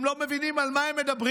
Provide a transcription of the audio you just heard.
הם לא מבינים על מה הם מדברים.